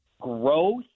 growth